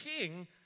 king